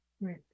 Right